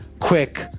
quick